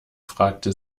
fragte